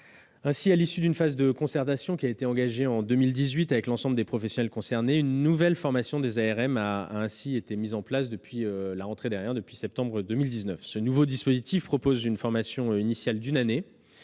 Ainsi, à l'issue d'une phase de concertation engagée en 2018 avec l'ensemble des professionnels concernés, une nouvelle formation des ARM a été mise en place depuis septembre 2019. Ce nouveau dispositif consiste en une formation initiale d'une année,